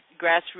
Grassroots